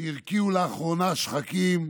שהרקיעו לאחרונה שחקים,